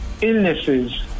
illnesses